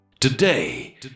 ...today